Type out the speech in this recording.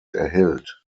erhält